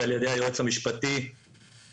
ועל ידי היועץ המשפטי לוועדה.